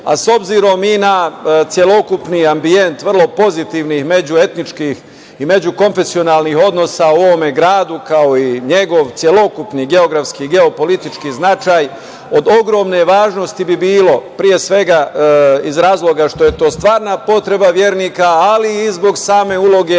obzirom i na celokupni ambijent vrlo pozitivnih međuetničkih i međukonfesionalnih odnosa u ovome gradu, kao i njegov celokupni geografski i geopolitički značaj, od ogromne važnosti bi bilo, pre svega iz razloga što je to stvarna potreba vernika, ali i zbog same uloge